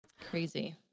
crazy